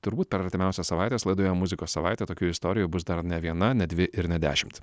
turbūt per artimiausias savaites laidoje muzikos savaitė tokių istorijų bus dar ne viena ne dvi ir ne dešimt